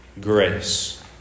grace